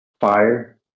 fire